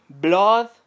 blood